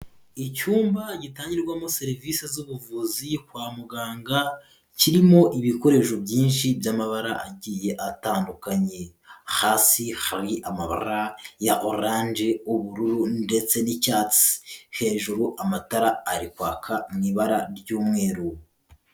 Icyumba gitangirwamo serivisi z'ubuvuzi kwa muganga, kirimo ibikoresho byinshi by'amabaragiye atandukanye, hasi hari amabara ya oranje, ubururu ndetse n'icyatsi, hejuru amatara ari kwaka mu ibara ry'umweru.